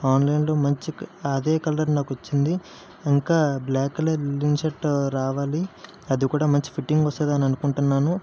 ఆన్లైన్లో మంచి అదే కలర్ నాకు వచ్చింది ఇంకా బ్లాక్ కలర్ లెనిన్ షర్ట్ రావాలి అది కూడా మంచి ఫిట్టింగ్ వస్తుంది అని అనుకుంటున్నాను